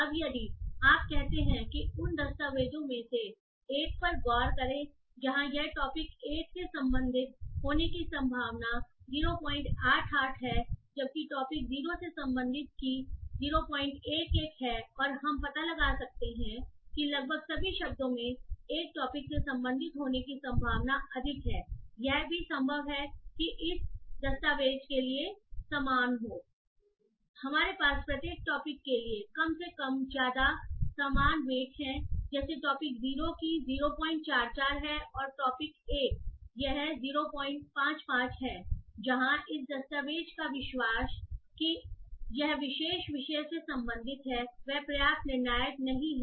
अब यदि आप कहते हैं कि उन दस्तावेजों में से एक पर गौर करें जहां यह टॉपिक 1 से संबंधित होने की संभावना 088 है जबकि टॉपिक 0 से संबंधित की 011 है और हम पता लगा सकते हैं कि लगभग सभी शब्दों में एक टॉपिक से संबंधित होने की संभावना अधिक है यह भी संभव है कि इस दस्तावेज़ के लिए समान हो हमारे पास प्रत्येक टॉपिक के लिए कम या ज्यादा समान वेट हैं जैसे टॉपिक 0 की 044 है और टॉपिक 1 यह 055 है जहां इस दस्तावेज़ का विश्वास कि यह विशेष विषय से संबंधित है वह पर्याप्त निर्णायक नहीं है